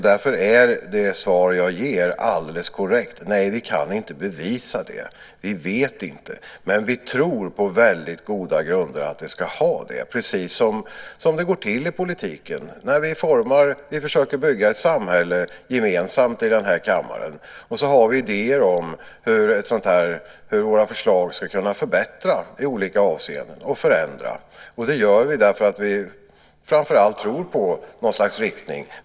Därför är det svar som jag ger alldeles korrekt: Nej, vi kan inte bevisa det. Vi vet inte. Men vi tror på goda grunder att det ska ha effekt. Det är precis så det går till i politiken, när vi i den här kammaren formar och försöker bygga ett samhälle gemensamt. Då har vi idéer om hur våra förslag ska kunna förbättra och förändra i olika avseenden. Vi gör detta därför att vi framför allt tror på något slags riktning.